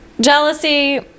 jealousy